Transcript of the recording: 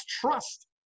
trust